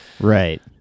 Right